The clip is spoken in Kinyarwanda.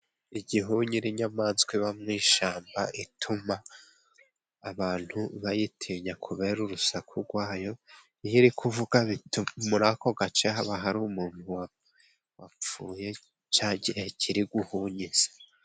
Igihunyira inyamaswa ibamwishyamba ituma abantu bayitinya kubera kubera urusaku rwayo iyirikuvuga murako gace haba hari umuntu wapfuye cya gihe kiri guhunyiza.